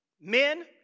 Men